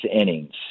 innings